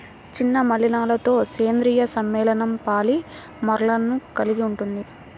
చిన్న మలినాలతోసేంద్రీయ సమ్మేళనంపాలిమర్లను కలిగి ఉంటుంది